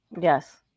Yes